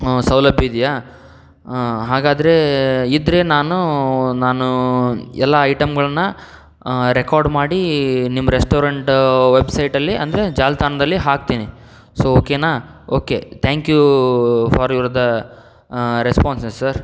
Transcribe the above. ಸೌಲಭ್ಯ ಇದೆಯಾ ಹಾಗಾದರೆ ಇದ್ದರೆ ನಾನು ನಾನು ಎಲ್ಲ ಐಟಮ್ಗಳನ್ನು ರೆಕಾರ್ಡ್ ಮಾಡಿ ನಿಮ್ಮ ರೆಸ್ಟೋರೆಂಟ್ ವೆಬ್ಸೈಟಲ್ಲಿ ಅಂದರೆ ಜಾಲ್ತಾಣ್ದಲ್ಲಿ ಹಾಕ್ತೀನಿ ಸೊ ಓಕೆನಾ okay thank you for your the responses sir